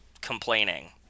complaining